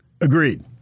Agreed